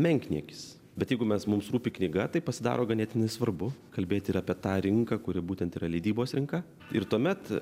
menkniekis bet jeigu mes mums rūpi knyga tai pasidaro ganėtinai svarbu kalbėti ir apie tą rinką kuri būtent yra leidybos rinka ir tuomet